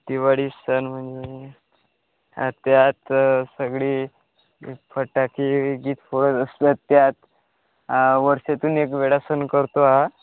दिवाळी सण हा त्यात सगळी फटाके गीत फोडत असल्या त्यात वर्षातून एक वेळा सण करतो हा